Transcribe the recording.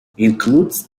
includes